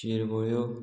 शिरवळ्यो